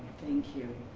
thank you.